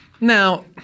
Now